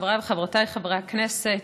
חבריי וחברותיי חברי הכנסת,